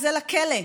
וזה לכלא,